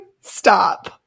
Stop